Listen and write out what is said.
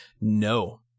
No